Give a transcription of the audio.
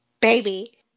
baby